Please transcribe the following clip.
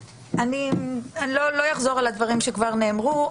לא אחזור על הדברים שכבר נאמרו.